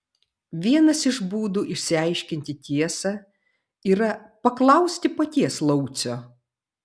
vienas iš būdų išsiaiškinti tiesą yra paklausti paties laucio